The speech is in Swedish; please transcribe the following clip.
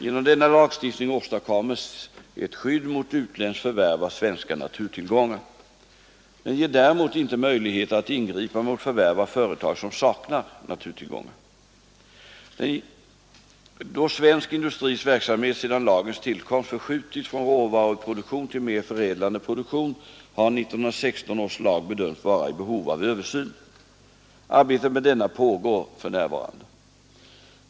Genom denna lagstiftning åstadkommes ett skydd mot utländskt förvärv av svenska naturtillgångar. Den ger däremot inte möjligheter att ingripa mot förvärv av företag som saknar naturtillgångar. Då svensk industris verksamhet sedan lagens tillkomst förskjutits från råvaruproduktion till mer förädlande produktion, har 1916 års lag bedömts vara i behov av en översyn. Arbetet med denna pågår för närvarande.